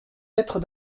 lettres